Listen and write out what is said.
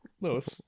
Lewis